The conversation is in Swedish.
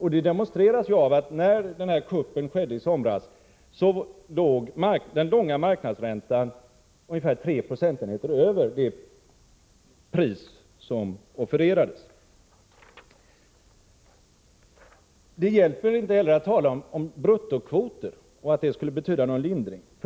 Detta demonstreras av att när räntekuppen gjordes i somras låg den långa marknadsräntan ungefär tre procentenheter över det pris som offererades. Det hjälper inte heller att tala om bruttokvoter och att det skulle betyda någon lindring.